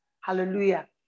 hallelujah